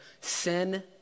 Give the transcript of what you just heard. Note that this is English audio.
sin